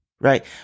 right